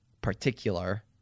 particular